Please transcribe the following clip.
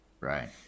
Right